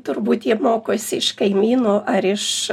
turbūt jie mokosi iš kaimynų ar iš